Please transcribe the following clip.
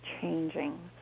changing